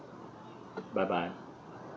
bye bye